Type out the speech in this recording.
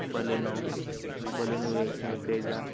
Baleno Baleno Nexa Brezza